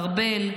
ארבל,